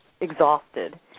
exhausted